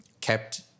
kept